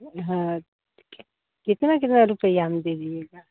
हाँ कितना कितना रुपये में दे दीएगा